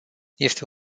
este